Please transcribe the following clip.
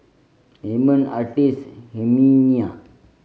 Amon Artis Herminia